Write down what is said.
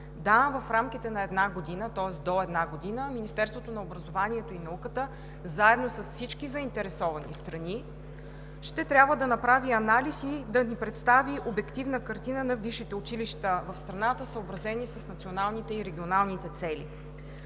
Да, в рамките до една година, тоест до една година, Министерството на образованието и науката заедно с всички заинтересовани страни ще трябва да направи анализ и да ни представи обективна картина на висшите училища в страната, съобразени с националните и регионалните цели.